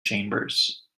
chambers